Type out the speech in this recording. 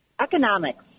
economics